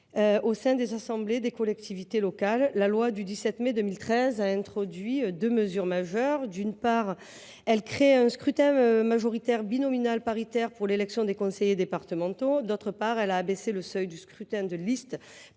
au sein des assemblées des collectivités locales. En effet, la loi n° 2013 403 du 17 mai 2013 a introduit deux mesures majeures : d’une part, elle crée un scrutin majoritaire binominal paritaire pour l’élection des conseillers départementaux ; d’autre part, elle abaisse le seuil du scrutin de liste